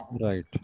Right